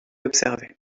observé